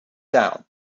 down